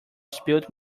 spilt